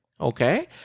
okay